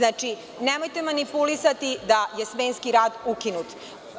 Znači, nemojte manipulisati da je smenski rad ukinut.